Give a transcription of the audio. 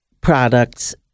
products